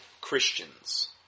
Christians